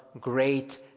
great